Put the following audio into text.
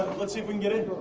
but let's even get it.